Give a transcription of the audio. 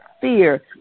fear